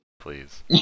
please